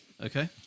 Okay